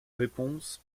réponse